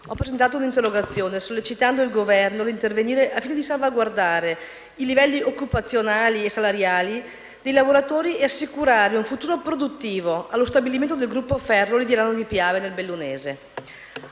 ho presentato un'interrogazione sollecitando il Governo ad intervenire al fine di salvaguardare i livelli occupazionali e salariali dei lavoratori e assicurare un futuro produttivo allo stabilimento del gruppo Ferroli di Alano di Piave, nel Bellunese.